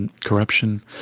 corruption